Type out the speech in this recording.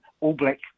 all-black